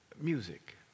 music